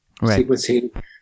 sequencing